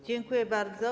Dziękuję bardzo.